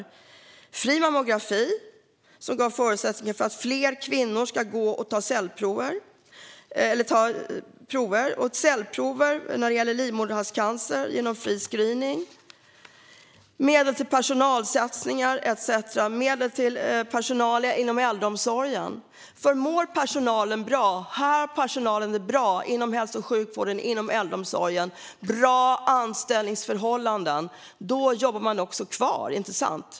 Det handlade om fri mammografi, som gav förutsättningar för fler kvinnor att undersöka sig, och fri screening för livmoderhalscancer. Det var medel till personalsatsningar, till exempel inom äldreomsorgen. Om personalen har bra anställningsförhållanden inom hälso och sjukvården och inom äldreomsorgen, då jobbar man också kvar.